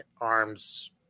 arms